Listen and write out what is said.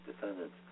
defendants